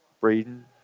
Braden